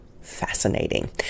fascinating